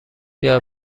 بیا